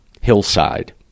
hillside